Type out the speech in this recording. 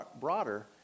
broader